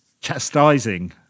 chastising